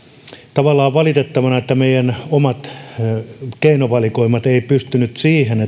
tavallaan valitettavana että meidän omat keinovalikoimat eivät pystyneet siihen